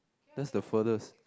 that's the furthest